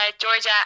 Georgia